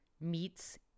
meets